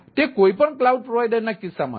તેથી તે કોઈપણ ક્લાઉડ પ્રોવાઇડરના કિસ્સામાં છે